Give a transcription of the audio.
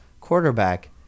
quarterback